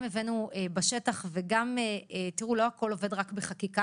לא הכול עובד רק בחקיקה.